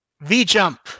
V-Jump